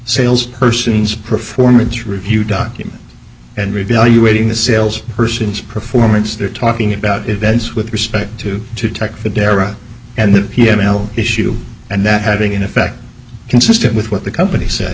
sales persons performance review documents and revalue rating the sales person's performance they're talking about events with respect to detect the dera and the p m l issue and that having in effect consistent with what the company said